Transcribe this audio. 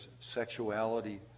sexuality